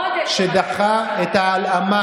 גם באופוזיציה, הצביעו בעד חוק האזרחות.